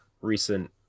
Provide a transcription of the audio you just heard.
recent